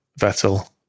vettel